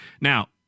Now